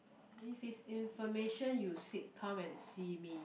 if is information you seek come and see me